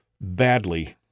badly